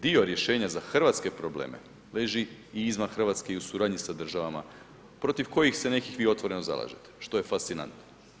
Dio rješenja za hrvatske probleme leži i izvan Hrvatske i u suradnji sa državama protiv kojih se nekih vi otvoreno zalažete, što je fascinantno.